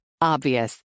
Obvious